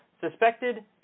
suspected